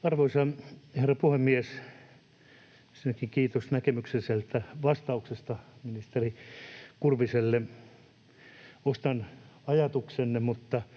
Ensinnäkin kiitos näkemyksekkäästä vastauksesta ministeri Kurviselle. Ostan ajatuksenne,